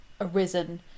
arisen